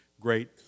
great